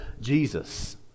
Jesus